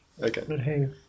Okay